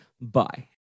bye